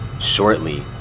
Shortly